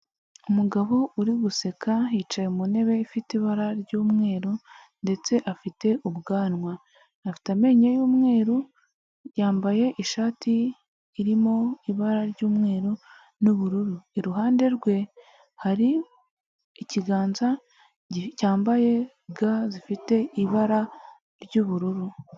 Umugabo uri guseka yicaye mu ntebe ifite ibara ry'umweru ndetse afite ubwanwa, afite amenyo y'umweru, yambaye ishati irimo ibara ry'umweru n'ubururu, iruhande rwe hari ikiganza cyambaye ga zifite ibara ry'ubururu.